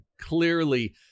clearly